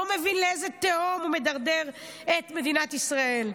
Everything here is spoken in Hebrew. לא מבין לאיזו תהום הוא מדרדר את מדינת ישראל.